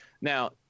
Now